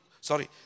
sorry